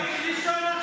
הוא צריך לישון עכשיו.